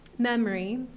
memory